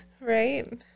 Right